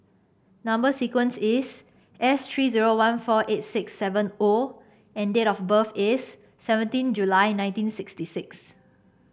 number sequence is S three zero one four eight six seven O and date of birth is seventeen July nineteen sixty six